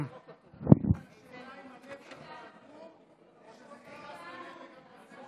השאלה היא אם הלב שלך אטום או שזה עושה משהו.